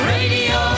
Radio